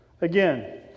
Again